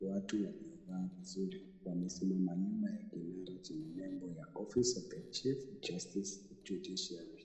Watu waliovaa vizuri wamesimama nyuma ya kinara chenye nembo ya office of the chief justice judiciary .